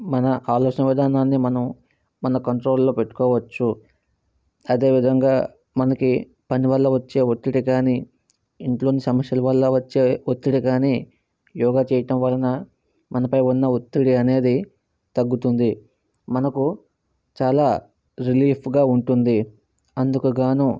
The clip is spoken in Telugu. మన ఆలోచన విధానాన్ని మనం మన కంట్రోల్ ల్లో పెట్టుకోవచ్చు అదే విధంగా మనకి పని వల్ల వచ్చే ఒత్తిడి కానీ ఇంట్లోని సమస్యల వల్ల వచ్చే ఒత్తిడి కానీ యోగా చేయటం వల్ల మన పైన ఉన్న ఒత్తిడి అనేది తగ్గుతుంది మనకు చాలా రిలీఫ్ గా ఉంటుంది అందుకు కాను